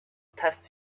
test